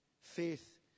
faith